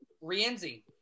Rienzi